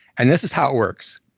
and this is how it works,